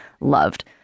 loved